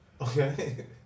Okay